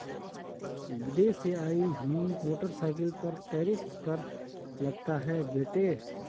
विदेश से आई हुई मोटरसाइकिल पर टैरिफ कर लगता है बेटे